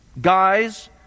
guys